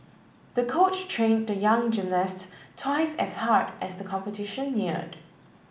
the coach trained the young gymnast twice as hard as the competition neared